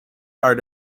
are